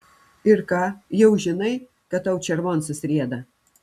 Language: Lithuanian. ir ką jau žinai kad tau červoncas rieda